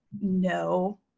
No